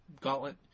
gauntlet